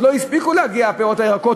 עוד לא הספיקו להגיע הפירות והירקות,